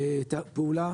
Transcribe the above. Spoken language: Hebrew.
לפעולה